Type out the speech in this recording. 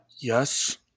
Yes